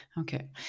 Okay